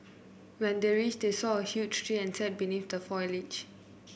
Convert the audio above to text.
when they reached they saw a huge tree and sat beneath the foliage